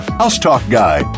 housetalkguy